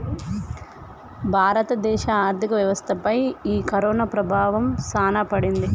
భారత దేశ ఆర్థిక వ్యవస్థ పై ఈ కరోనా ప్రభావం సాన పడింది